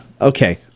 Okay